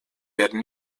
werden